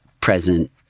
present